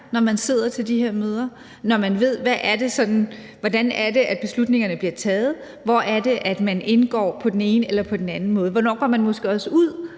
når man sidder til de her møder, eller ved, hvordan beslutningerne bliver taget, eller hvor man indgår på den ene eller på den anden måde, eller hvornår man måske også går